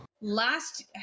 Last